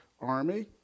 army